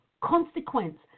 consequence